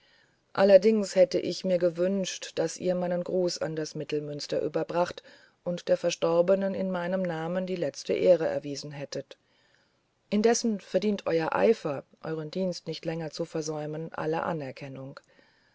allerdings hätte ich sehr gewünscht daß ihr meinen gruß an das mittelmünster überbracht und der verstorbenen in meinem namen die letzte ehre erwiesen hättet indessen verdient euer eifer euren dienst nicht länger zu versäumen alle anerkennung